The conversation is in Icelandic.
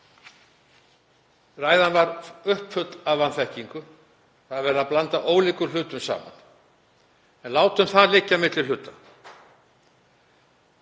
Ræðan var uppfull af vanþekkingu, verið er að blanda ólíkum hlutum saman, en látum það liggja milli hluta.